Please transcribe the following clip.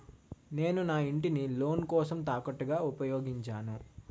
నేను నా ఇంటిని లోన్ కోసం తాకట్టుగా ఉపయోగించాను